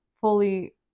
fully